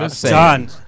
Done